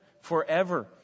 forever